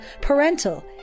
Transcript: parental